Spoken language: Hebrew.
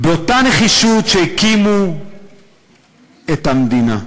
באותה נחישות שהקימו את המדינה.